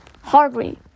Hardly